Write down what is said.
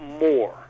more